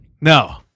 No